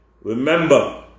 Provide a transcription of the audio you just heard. Remember